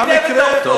מכירים היטב את העובדות.